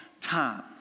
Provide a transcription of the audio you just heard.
time